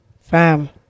fam